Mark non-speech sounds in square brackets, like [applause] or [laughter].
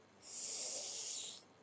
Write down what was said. [noise]